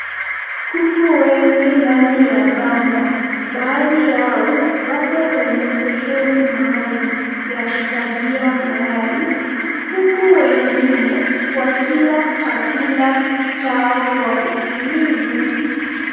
Kuku wengi ndani ya banda. Baadhi yao wako kwenye sehemu maalum ya kutagia mayai uku wengine wakila chakula chao kwa utulivu.